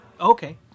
Okay